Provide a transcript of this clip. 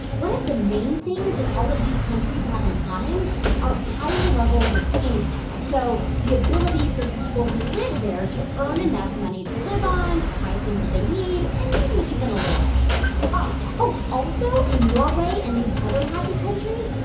one of the main things that all of these countries have in common are higher levels of income so the ability for the people who live there to earn enough money to live on buy things that they need and maybe even a little extra huh oh also, in norway and these other happy countries,